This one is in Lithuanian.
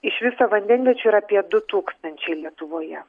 iš viso vandenviečių yra apie du tūkstančiai lietuvoje